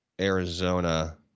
Arizona